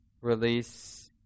release